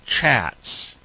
chats